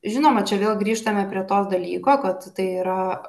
žinoma čia vėl grįžtame prie to dalyko kad tai yra